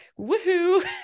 woohoo